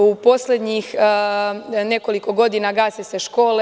U poslednjih nekoliko godina gase se škole.